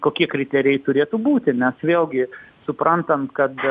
kokie kriterijai turėtų būti nes vėlgi suprantant kad